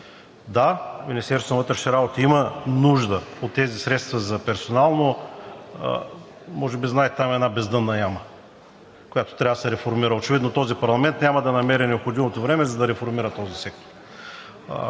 Да, Министерството на вътрешните работи има нужда от тези средства за персонал, но може би знаете, че там е една бездънна яма, която трябва да се реформира. Очевидно този парламент няма да намери необходимото време, за да реформира сектора.